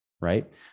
right